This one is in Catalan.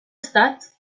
estats